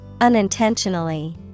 Unintentionally